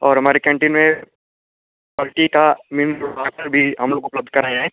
और हमारे कैंटीन में क्वालिटी का मिनरल वाटर भी हम लोग उपलब्ध करे हैं